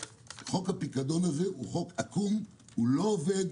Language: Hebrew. חוק הפיקדון הזה הוא חוק עקום, הוא לא עובד.